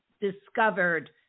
discovered